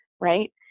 right